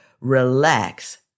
relax